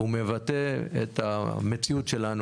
הוא מבטא את המציאות שלנו,